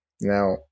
Now